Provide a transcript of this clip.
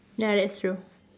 ya that's true